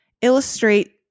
illustrate